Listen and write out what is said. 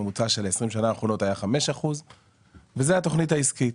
הממוצע של ה-20 שנה האחרונות היה 5% וזה התוכנית העסקית.